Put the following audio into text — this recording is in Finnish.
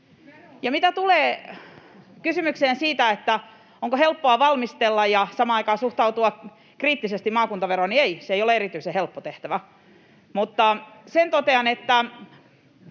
Mitä tulee kysymykseen siitä, onko helppoa valmistella ja samaan aikaan suhtautua kriittisesti maakuntaveroon, niin ei, se ei ole erityisen helppo tehtävä. Sen totean, että